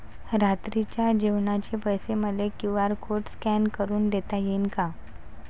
रात्रीच्या जेवणाचे पैसे मले क्यू.आर कोड स्कॅन करून देता येईन का?